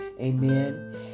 Amen